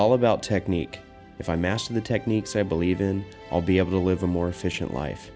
all about technique if i master the techniques i believe in i'll be able to live a more efficient life